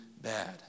bad